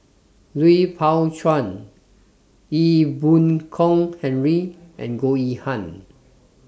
Lui Pao Chuen Ee Boon Kong Henry and Goh Yihan